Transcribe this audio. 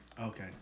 Okay